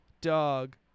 Dog